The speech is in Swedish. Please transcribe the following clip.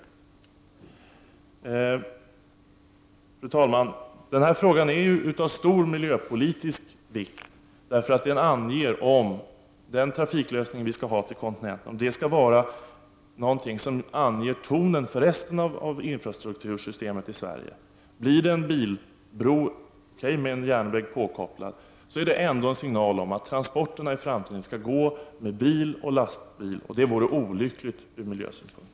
Fru talman! Den här frågan är av stor miljöpolitisk vikt. Den anger om den trafiklösning vi vill ha till kontinenten skall ange tonen för resten av infrastruktursystemet i Sverige. Blir det en bilbro, med en järnväg påkopplad, är det en signal om att transporterna skall gå med bil och lastbil. Det vore olyckligt ur miljösynpunkt.